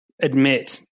admit